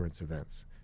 events